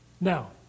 Now